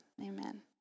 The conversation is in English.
amen